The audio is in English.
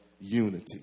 unity